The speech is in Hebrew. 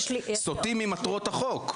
סוטים ממטרות החוק.